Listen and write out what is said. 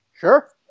sure